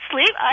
sleep